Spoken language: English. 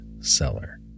seller